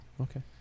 Okay